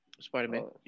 Spider-Man